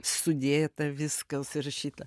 sudėta viskas įrašyta